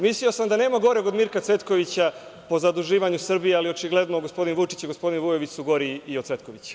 Mislio sam da nema goreg od Mirka Cvetkovića po zaduživanju Srbije, ali očigledno je da su gospodin Vučić i gospodin Vujović gori i od Cvetkovića.